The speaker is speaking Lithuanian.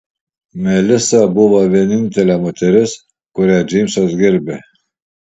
melisa buvo vienintelė moteris kurią džeimsas gerbė